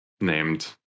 named